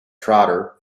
trotter